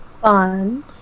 Fun